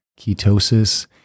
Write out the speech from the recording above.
ketosis